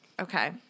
Okay